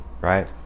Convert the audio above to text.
right